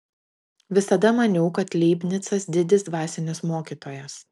visada maniau kad leibnicas didis dvasinis mokytojas